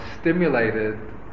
stimulated